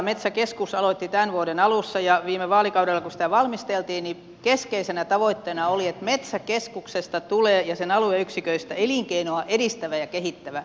metsäkeskus aloitti tämän vuoden alussa ja viime vaalikaudella kun sitä valmisteltiin keskeisenä tavoitteena oli että metsäkeskuksesta ja sen alueyksiköistä tulee elinkeinoa edistävä ja kehittävä